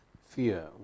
fear